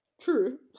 True